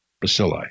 bacilli